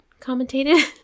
Commentated